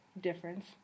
Difference